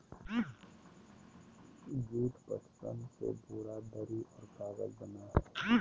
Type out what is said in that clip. jute, पटसन से बोरा, दरी औरो कागज बना हइ